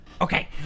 Okay